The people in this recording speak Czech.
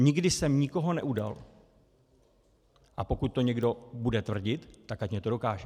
Nikdy jsem nikoho neudal, a pokud to někdo bude tvrdit, tak ať mně to dokáže.